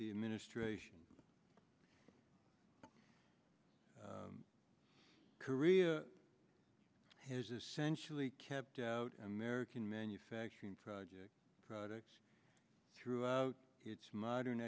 the administration korea has essentially kept out american manufacturing for products throughout its modern